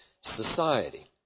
society